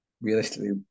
realistically